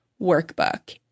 workbook